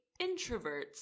introverts